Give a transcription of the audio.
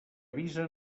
avisa